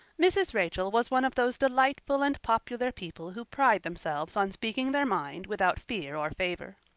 mrs. rachel was one of those delightful and popular people who pride themselves on speaking their mind without fear or favor.